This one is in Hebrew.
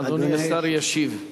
אדוני השר ישיב.